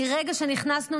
מרגע שנכנסנו,